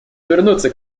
вернуться